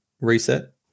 reset